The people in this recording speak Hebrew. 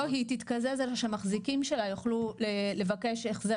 לא היא תתקזז, אלה שהמחזיקים שלה יוכלו לבקש החזר.